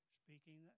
speaking